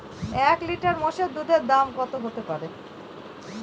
এক লিটার মোষের দুধের দাম কত হতেপারে?